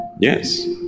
Yes